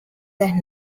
that